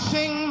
Sing